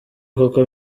koko